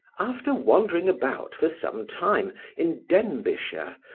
after wandering about for some time in denbighshire,